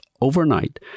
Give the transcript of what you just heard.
overnight